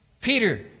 Peter